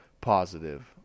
positive